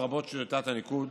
לרבות שיטת הניקוד,